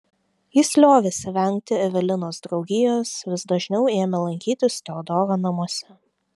jis liovėsi vengti evelinos draugijos vis dažniau ėmė lankytis teodoro namuose